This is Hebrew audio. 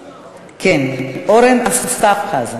כן, אורן אסף חזן.